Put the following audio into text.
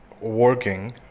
working